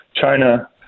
China